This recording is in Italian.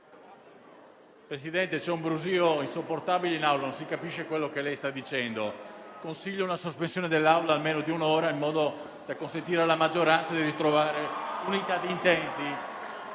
Presidente, c'è un brusio insopportabile in Aula e non si capisce quello che sta dicendo. Consiglio una sospensione dei lavori dell'Assemblea almeno di un'ora, in modo da consentire alla maggioranza di ritrovare l'unità di intenti.